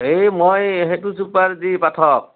হেৰি মই সেইটো চুবাৰ জি পাঠক